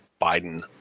Biden